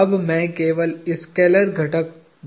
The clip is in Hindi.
अब मैं केवल स्केलर घटक जोड़ रहा हूँ